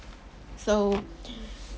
so